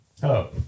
Hello